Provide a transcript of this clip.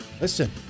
listen